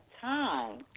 time